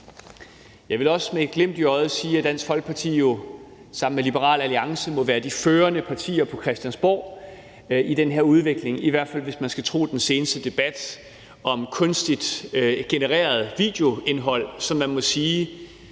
Jeg vil også med et glimt i øjet sige, at Dansk Folkeparti jo sammen med Liberal Alliance må være de førende partier på Christiansborg i den her udvikling, i hvert fald hvis man skal tro den seneste debat om kunstigt genereret videoindhold, som man må sige